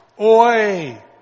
OI